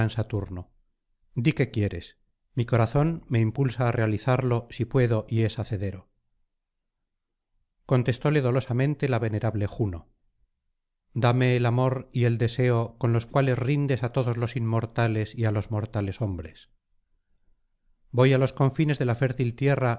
saturno di qué quieres mi corazón me impulsa i realizarlo si puedo y es hacedero contele dosamente la venerable juno dame el amor y el deseo con los cuales rindes á todos los inmortales y á los mortales hombres voy á los confines de la fértil tierra